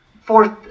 fourth